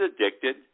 addicted